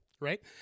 right